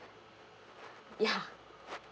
ya